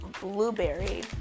blueberry